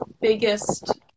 biggest